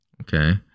okay